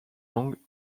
langues